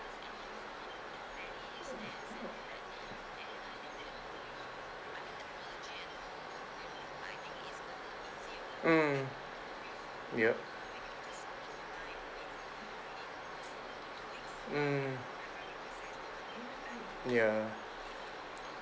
mm yup mm ya